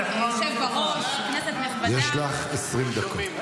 יש לך 20 דקות.